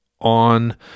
on